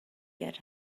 get